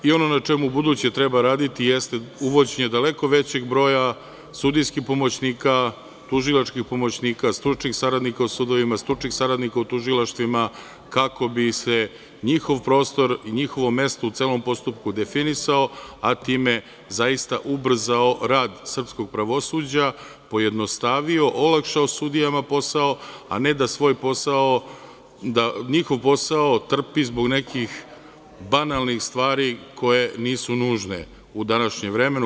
Ono na čemu ubuduće treba raditi jeste uvođenje daleko većeg broja sudijskih pomoćnika, tužilačkih pomoćnika, stručnih saradnika u sudovima, stručnih saradnika u tužilaštvima, kako bi se njihov prostor i njihovo mesto u celom postupku definisao, a time zaista ubrzao rad srpskog pravosuđa, pojednostavio, olakšao sudijama posao, a ne da njihov posao trpi zbog nekih banalnih stvari koje nisu nužne u današnjem vremenu.